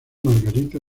margarita